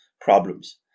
problems